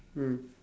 mm